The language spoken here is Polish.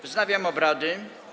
Wznawiam obrady.